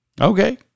Okay